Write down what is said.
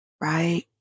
right